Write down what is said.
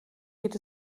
geht